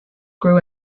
grew